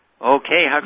Okay